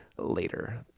later